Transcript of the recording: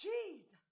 Jesus